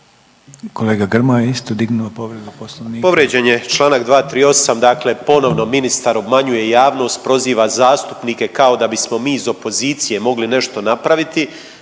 Kolega Grmoja je isto dignuo povredu poslovnika.